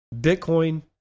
Bitcoin